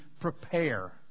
prepare